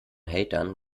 hatern